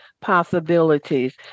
possibilities